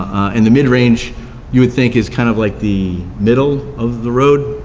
and the mid range you would think is kind of like the middle of the road,